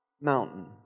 mountain